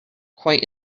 quite